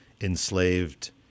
enslaved